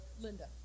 Linda